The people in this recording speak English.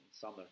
summer